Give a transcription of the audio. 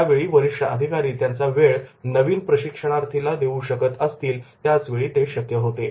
ज्यावेळी वरिष्ठ अधिकारी त्यांच वेळ नवीन प्रशिक्षणार्थी ला देऊ शकतो त्याच वेळी ते शक्य होते